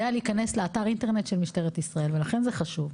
להיכנס לאתר אינטרנט של משטרת ישראל ולכן זה חשוב.